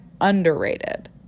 underrated